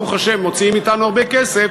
ברוך השם מוציאים מאתנו הרבה כסף,